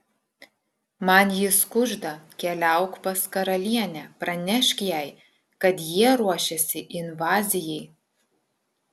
man jis kužda keliauk pas karalienę pranešk jai kad jie ruošiasi invazijai